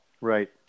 Right